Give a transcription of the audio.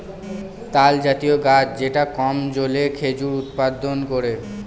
তালজাতীয় গাছ যেটা কম জলে খেজুর উৎপাদন করে